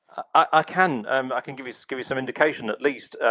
i can, and i can give you give you some indication at least.